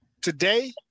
Today